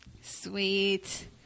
sweet